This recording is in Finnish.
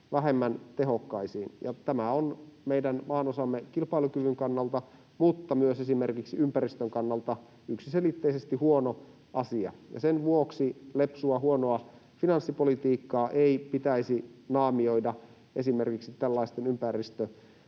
vähemmän tehokkaisiin. Tämä on meidän maanosamme kilpailukyvyn kannalta mutta myös esimerkiksi ympäristön kannalta yksiselitteisesti huono asia, ja sen vuoksi lepsua, huonoa finanssipolitiikkaa ei pitäisi naamioida esimerkiksi tällaisten